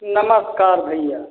नमस्कार भैया